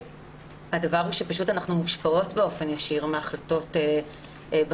הדבר הוא שפשוט אנחנו מושפעות באופן ישיר מהחלטות דירקטוריוניות,